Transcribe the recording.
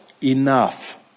enough